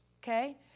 Okay